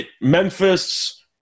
Memphis